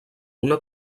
una